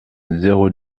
zéro